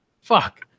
fuck